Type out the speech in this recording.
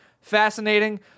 fascinating